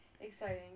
exciting